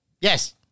Yes